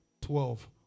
twelve